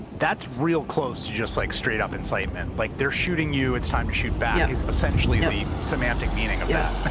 that's real close to just like straight up incitement. like they're shooting you, it's time to shoot back is essentially the semantic meaning of that. yeah. but